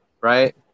right